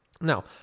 Now